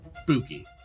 Spooky